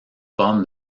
pommes